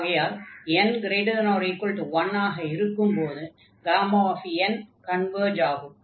ஆகையால் n≥1ஆக இருக்கும்போது n கன்வர்ஜ் ஆகும்